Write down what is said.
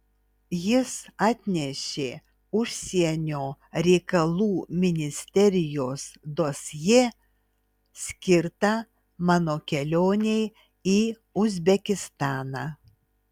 jis atnešė užsienio reikalų ministerijos dosjė skirtą mano kelionei į uzbekistaną